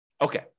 Okay